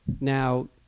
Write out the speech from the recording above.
Now